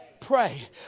pray